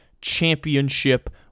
championship